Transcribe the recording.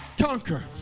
conquer